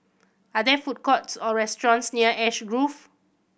are there food courts or restaurants near Ash Grove